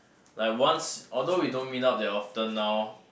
like once although we don't meet up very often now